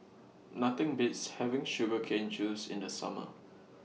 Nothing Beats having Sugar Cane Juice in The Summer